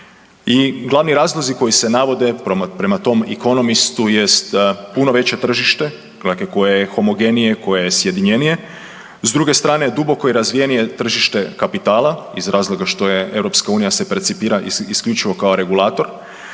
I glavni razlozi koji se navodi prema tom Economistu jest puno veće tržište koje je homogenije, koje je sjedinjenje, s druge strane duboko je razvijenije tržište kapitala iz razloga što je EU se percipira isključivo kao regulator